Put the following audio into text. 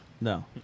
No